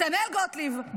מתנאל גוטליב,